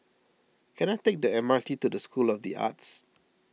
can I take the M R T to School of the Arts